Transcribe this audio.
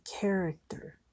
character